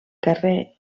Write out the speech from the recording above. carrer